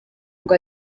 ngo